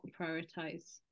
prioritize